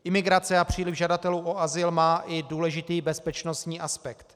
Imigrace a příliv žadatelů o azyl má i důležitý bezpečnostní aspekt.